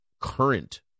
current